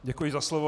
Děkuji za slovo.